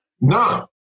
No